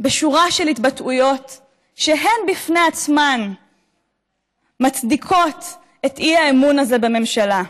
בשורה של התבטאויות שהן בפני עצמן מצדיקות את האי-אמון הזה בממשלה.